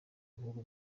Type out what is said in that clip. bihugu